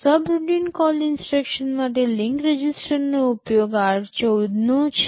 subroutine call instruction માટે link રજિસ્ટરનો ઉપયોગ r14 નો છે